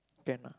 can lah